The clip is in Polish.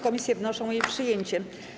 Komisje wnoszą o jej przyjęcie.